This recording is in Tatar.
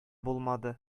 булмады